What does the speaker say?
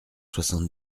soixante